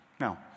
Now